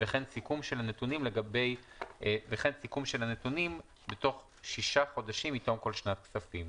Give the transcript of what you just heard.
וכן סיכום של הנתונים לגבי בתוך שישה חודשים מתום כל שנת כספים,